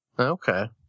Okay